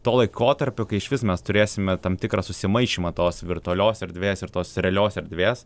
to laikotarpio kai išvis mes turėsime tam tikrą susimaišymą tos virtualios erdvės ir tos realios erdvės